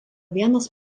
vienas